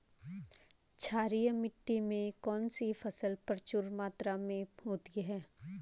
क्षारीय मिट्टी में कौन सी फसल प्रचुर मात्रा में होती है?